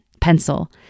pencil